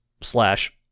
slash